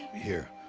here.